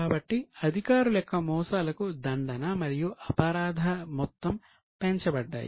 కాబట్టి అధికారుల యొక్క మోసాలకు దండన మరియు అపరాధ మొత్తం పెంచబడ్డాయి